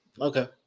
Okay